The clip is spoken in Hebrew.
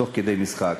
תוך כדי משחק.